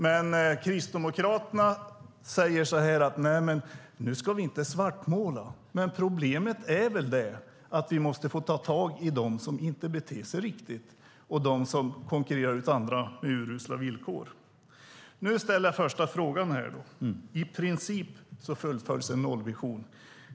Men Kristdemokraterna säger: Nej, nu ska vi inte svartmåla. Men problemet är väl att vi måste kunna ta tag i dem som inte beter sig riktigt och konkurrerar ut andra med urusla villkor. Nu ställer jag första frågan: I princip fullföljs en nollvision.